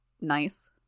Nice